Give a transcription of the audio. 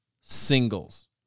singles